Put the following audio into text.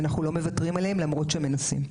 ואנחנו לא מוותרים עליהם למרות שמנסים.